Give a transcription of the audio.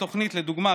לדוגמה,